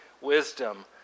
wisdom